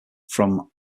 from